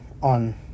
on